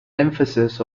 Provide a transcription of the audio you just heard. emphasis